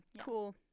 cool